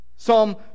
Psalm